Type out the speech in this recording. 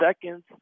seconds